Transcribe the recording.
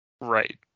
right